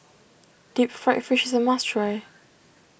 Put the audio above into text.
Deep Fried Fish is a must try